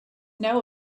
know